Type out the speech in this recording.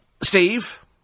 Steve